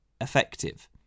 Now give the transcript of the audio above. effective